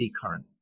current